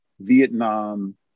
Vietnam